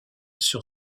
sur